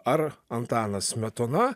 ar antanas smetona